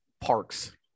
parks